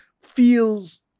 feels